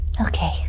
Okay